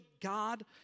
God